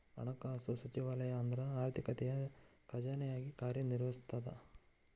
ಹಣಕಾಸು ಸಚಿವಾಲಯ ಅಂದ್ರ ಆರ್ಥಿಕತೆಯ ಖಜಾನೆಯಾಗಿ ಕಾರ್ಯ ನಿರ್ವಹಿಸ್ತದ